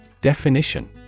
Definition